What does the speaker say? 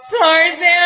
Tarzan